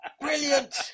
Brilliant